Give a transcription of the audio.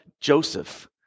Joseph